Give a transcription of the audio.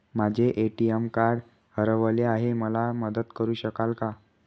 माझे ATM card हरवले आहे, मला मदत करु शकाल का?